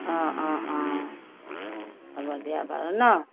অ অ অ হ'ব দিয়া বাৰু ন'